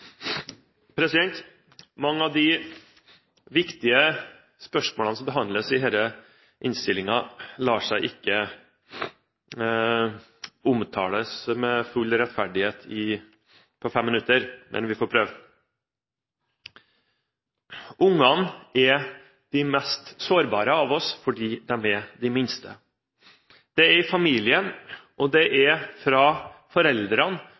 omme. Mange av de viktige spørsmålene som behandles i denne innstillingen, lar seg ikke omtale med full rettferdighet på 5 minutter. Men vi får prøve. Ungene er de mest sårbare av oss, fordi de er de minste. Det er i familien og fra foreldrene